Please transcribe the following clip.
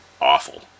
awful